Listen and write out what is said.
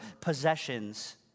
possessions